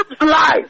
life